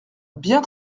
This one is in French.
bien